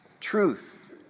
truth